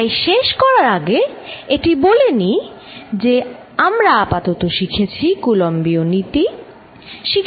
তাই শেষ করার আগে এটি বলে নি যে আমরা আপাতত শিখেছি কুলম্বীয় নীতি Coulomb's Law